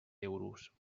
euros